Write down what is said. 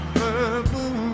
purple